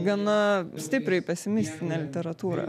gana stipriai pesimistinę literatūrą